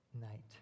night